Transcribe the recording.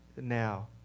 now